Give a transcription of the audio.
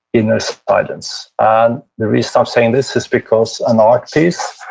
inner silence. and the reason i'm saying this is because an art piece,